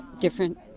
different